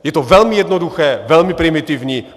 Je to velmi jednoduché, velmi primitivní.